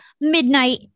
midnight